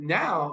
now